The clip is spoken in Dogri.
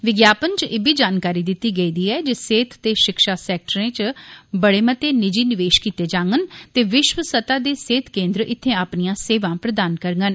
विज्ञापन च इब्बी जानकारी दित्ती गेई दी ऐ जे सेहत ते शिक्षा सैक्टरें च बड़े मते निजि निवेश कीते जांडन ते विश्व सतह दे सेहत केन्द्र इत्थै अपनियां सेवां प्रदान करडन